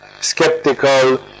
skeptical